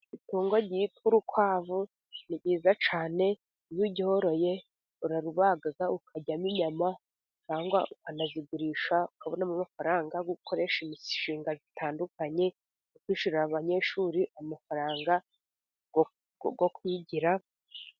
Itungo ryitwa urukwavu ni ryiza cyane. Iyo uryoroye, uraribaga, ukaryamo inyama, cyangwa ukanazigurisha, ukabonamo amafaranga yo gukoresha imishinga itandukanye, no kwishyurira abanyeshuri amafaranga yo kwigira.